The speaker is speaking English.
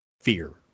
fear